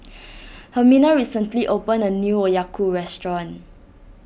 Hermina recently opened a new Okayu restaurant